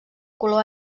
color